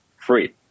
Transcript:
free